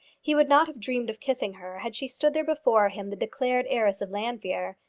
he would not have dreamed of kissing her had she stood there before him the declared heiress of llanfeare.